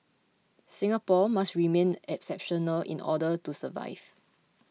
Singapore must remain exceptional in order to survive